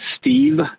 steve